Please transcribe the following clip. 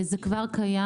זה כבר קיים.